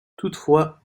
toutefois